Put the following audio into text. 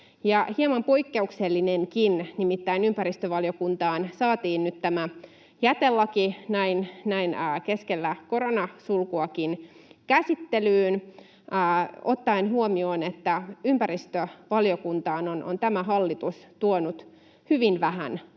hieman poikkeuksellinenkin — nimittäin ympäristövaliokuntaan saatiin nyt tämä jätelaki näin keskellä koronasulkuakin käsittelyyn ottaen huomioon, että ympäristövaliokuntaan on tämä hallitus tuonut hyvin vähän,